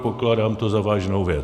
Pokládám to za vážnou věc.